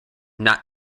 not